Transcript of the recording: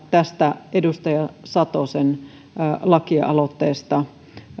tästä edustaja satosen lakialoitteesta